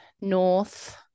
North